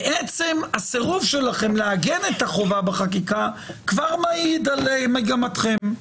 עצם הסירוב שלכם לעגן את החובה בחקיקה כבר מיד על מגמתכם.